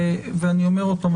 ואני אומר עוד פעם,